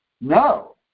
No